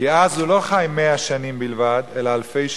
כי אז הוא לא חי מאה שנים בלבד, אלא אלפי שנים.